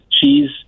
cheese